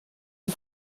die